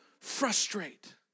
frustrate